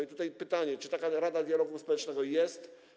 I tutaj pytanie: Czy taka Rada Dialogu Społecznego jest?